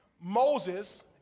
Moses